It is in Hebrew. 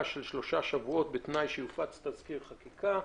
שלושה שבועות בתנאי שיופץ תזכיר חקיקה.